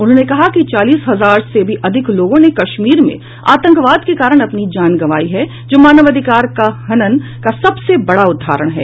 उन्होंने कहा कि चालीस हजार से भी अधिक लोगों ने कश्मीर में आतंकवाद के कारण अपनी जान गंवाई हैं जो मानवाधिकार हनन का सबसे बड़ा उदाहरण है